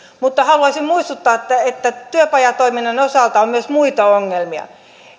mutta haluaisin muistuttaa että että työpajatoiminnan osalta on myös muita ongelmia